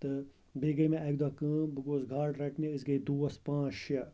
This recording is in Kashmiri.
تہٕ بیٚیہِ گٔے مےٚ اَکہِ دۄہ کٲم بہٕ گوس گاڈٕ رَٹنہِ أسۍ گٔے دوس پانٛژھ شیٚے